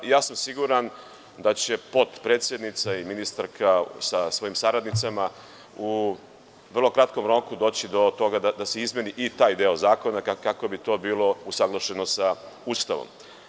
Siguran sam da će potpredsednica i ministarka sa svojim saradnicima u vrlo kratkom roku doći do toga da se izmeni i taj deo zakona, kako bi to bilo usaglašeno sa Ustavom.